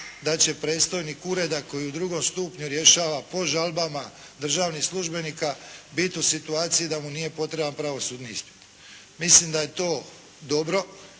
da će predstojnik ureda koji u drugom stupnju rješava po žalbama državnih službenika biti u situaciji da mu nije potreban pravosudni ispit. Mislim da je to dobro